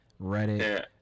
Reddit